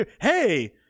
Hey